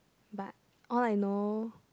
but all I know